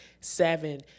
seven